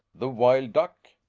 the wild duck.